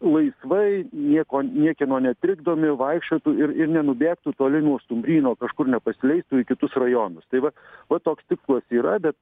laisvai nieko niekieno netrikdomi vaikščiotų ir ir nenubėgtų toli nuo stumbryno kažkur nepasileistų į kitus rajonus tai va va toks tikslas yra bet